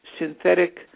synthetic